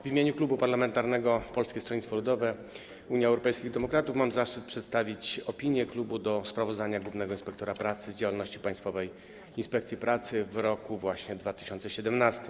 W imieniu Klubu Parlamentarnego Polskiego Stronnictwa Ludowego - Unii Europejskich Demokratów mam zaszczyt przedstawić opinię klubu wobec sprawozdania głównego inspektora pracy z działalności Państwowej Inspekcji Pracy w roku 2017.